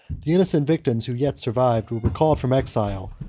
the innocent victims, who yet survived, were recalled from exile,